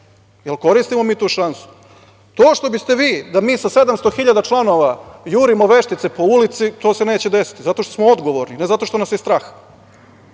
li koristimo mi tu šansu? To što biste vi da mi sa 700 hiljada članova jurimo veštice po ulici to se neće desiti, zato što smo odgovorni, ne zato što nas je strah.